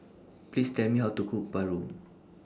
Please Tell Me How to Cook Paru